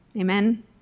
amen